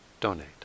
donate